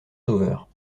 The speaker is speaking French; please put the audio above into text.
sauveur